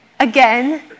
Again